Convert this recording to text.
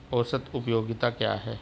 औसत उपयोगिता क्या है?